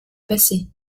passé